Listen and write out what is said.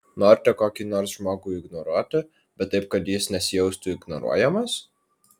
norite kokį nors žmogų ignoruoti bet taip kad jis nesijaustų ignoruojamas